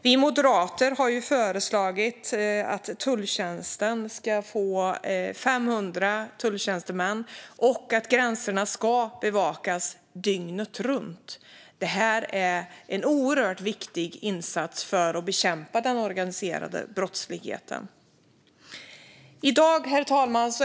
Vi moderater har ju föreslagit att tulljänsten ska få 500 tulltjänstemän och att gränserna ska bevakas dygnet runt. Det här är en oerhört viktig insats för att bekämpa den organiserade brottsligheten. Herr talman!